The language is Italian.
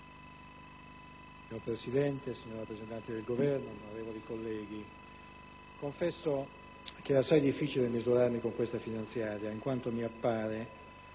Signor Presidente, signor rappresentante del Governo, onorevoli colleghi, confesso che è assai difficile misurarmi con questa finanziaria in quanto mi appare